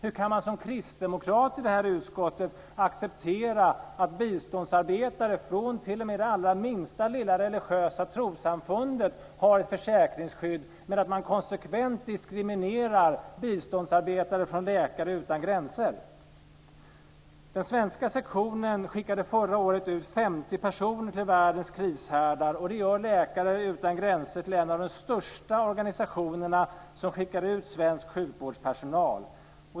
Hur kan man som kristdemokrat i det här utskottet acceptera att biståndsarbetare från t.o.m. det allra minsta religiösa trossamfundet har ett försäkringsskydd men att man konsekvent diskriminerar biståndsarbetare från Läkare utan gränser? Den svenska sektionen skickade förra året ut 50 personer till världens krishärdar. Det gör Läkare utan gränser till en av de största organisationerna som skickar ut svensk sjukvårdspersonal.